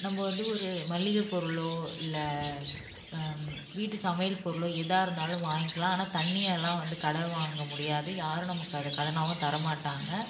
நம்ம வந்து ஒரு மளிகைப் பொருளோ இல்லை வீட்டு சமையல் பொருளோ ஏதாக இருந்தாலும் வாய்ங்க்கலாம் ஆனால் தண்ணியெல்லாம் வந்து கடன் வாங்க முடியாது யாரும் நமக்கு அதை கடனாகவும் தர்ற மாட்டாங்க